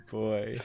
boy